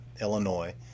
Illinois